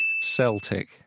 Celtic